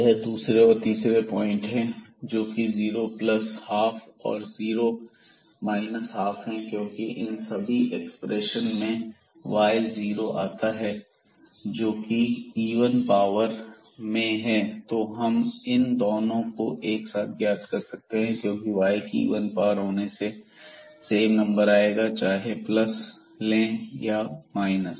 यह दूसरे और तीसरे पॉइंट हैं जोकि ज़ीरो प्लस हाफ और जीरो माइनस हाफ है क्योंकि इन सभी एक्सप्रेशन में y आता है जोकि इवन पावर में है तो हम इन दोनों को साथ में ज्ञात कर सकते हैं क्योंकि y की पावर इवन होने से सेम नंबर आएगा चाहे हम प्लस साइन ले या माइनस